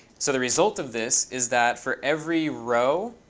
so the result of this is that for every row,